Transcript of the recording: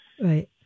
Right